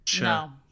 No